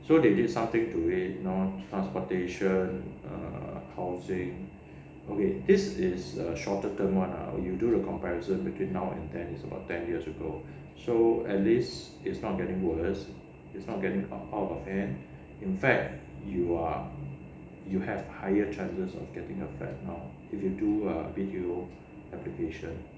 so they did something to it you know transportation err housing okay this is a shorter term [one] ah you do the comparison between now and then it's about ten years ago so at least it's not getting worse it's not getting out of hand in fact you are you have higher chances of getting a flat now if you do a video application